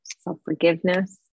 self-forgiveness